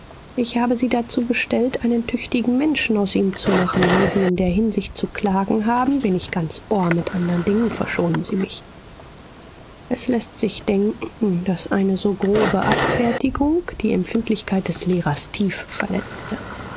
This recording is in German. ich habe sie dazu bestellt einen tüchtigen menschen aus ihm zu machen wenn sie in der hinsicht zu klagen haben bin ich ganz ohr mit andern dingen verschonen sie mich es läßt sich denken daß eine so grobe abfertigung die empfindlichkeit des lehrers tief verletzte